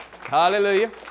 Hallelujah